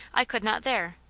i could not there.